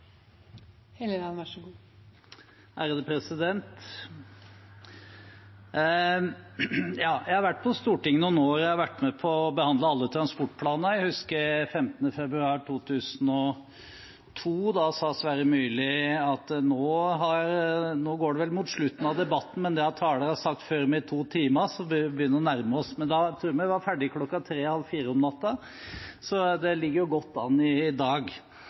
Jeg har vært på Stortinget noen år, og jeg har vært med på å behandle alle transportplanene. Jeg husker 15. februar 2002. Da sa Sverre Myrli at nå går det vel mot slutten av debatten, men det har talere sagt før meg i to timer, så vi begynner å nærme oss. Da tror jeg vi var ferdige mellom tre og halv fire på natta – så det ligger jo godt an i dag.